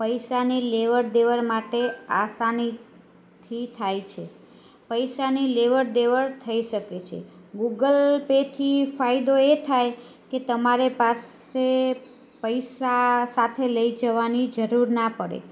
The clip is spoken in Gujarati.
પૈસાની લેવડ દેવડ માટે આસાનીથી થાય છે પૈસાની લેવડ દેવડ થઈ શકે છે ગૂગલ પેથી ફાયદો એ થાય કે તમારે પાસે પૈસા સાથે લઈ જવાની જરૂર ના પડે